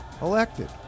elected